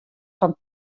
fan